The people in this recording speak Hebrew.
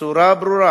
בצורה ברורה